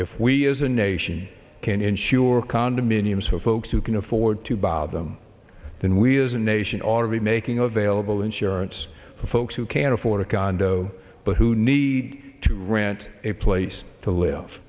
if we as a nation can ensure condominiums for folks who can afford to buy them then we as a nation ought to be making available insurance for folks who can't afford a condo but who need to rent a place to live